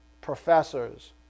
professors